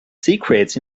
secrets